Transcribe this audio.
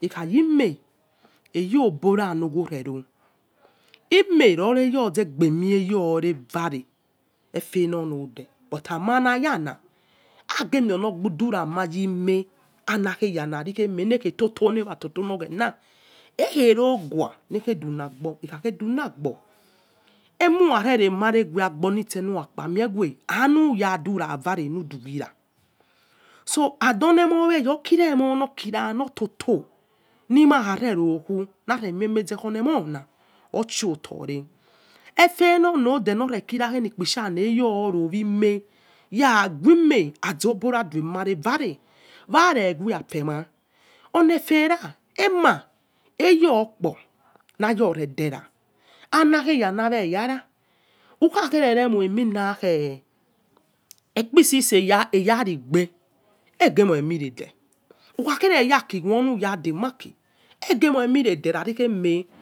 ekha yime, eyo bora loghore ro, ime keyo zabame ore vare efe lonode but ama anayala uige miono rama yime khaia eme eleghe toto lewa toto leoghena eghe rogha leghe dunagbo ekhaghe dunagbo umuare mare mare agbosel luakpa meghu alu yadu ra vare ludughira and olemora oikere mon lototo nima nakha nero ghue na ne mai maze olemona oshotone, efe lonode nore kira ainikpishama ouyoro wime yoghe ime azobora chumare vare ware ghue afemai olefera ema aiy okpo ha yore dera. Auaghe yana eyana ukha ghere moimino khe resese ya igbe aige moimiorede ukha ghere yaki wa luya de ma' aki aige moimiede khairi eme